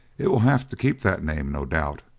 it will have to keep that name, no doubt.